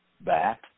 back